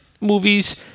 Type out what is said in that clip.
movies